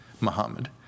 Muhammad